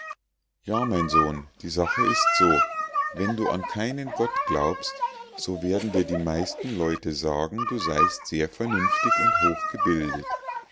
ja mein sohn die sache ist so wenn du an keinen gott glaubst so werden dir die meisten leute sagen du seist sehr vernünftig und